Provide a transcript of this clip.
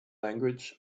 language